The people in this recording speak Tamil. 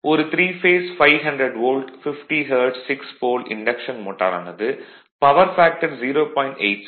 ஒரு 3 phase 500 volt 50 hertz 6 pole induction மோட்டாரானது பவர் ஃபேக்டர் 0